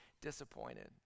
disappointed